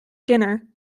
dinner